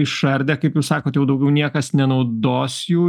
išardę kaip jūs sakot jau daugiau niekas nenaudos jų